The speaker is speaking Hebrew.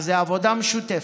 אז זאת עבודה משותפת.